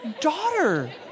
daughter